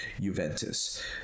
Juventus